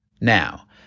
Now